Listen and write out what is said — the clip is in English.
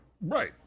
right